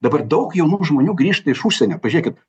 dabar daug jaunų žmonių grįžta iš užsienio pažiūrėkit